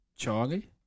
Charlie